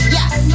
Yes